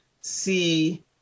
see